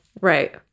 Right